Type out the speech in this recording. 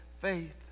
faith